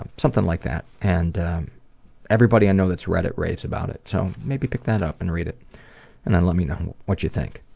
something like that and everybody i know that's read it raves about it so maybe pick that up and read it and then let me know what you think.